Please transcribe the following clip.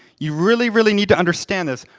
you really really need to understand this.